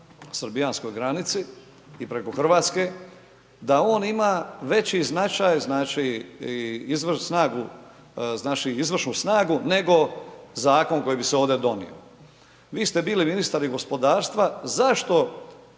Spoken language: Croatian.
srbijanskog granici i preko Hrvatske, da on ima veći značaj, znači, izvršnu snagu nego zakon koji bi se ovdje donio. Vi ste bili ministar i gospodarstva, zašto